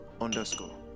underscore